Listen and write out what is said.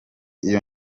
iyo